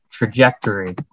trajectory